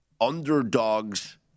underdogs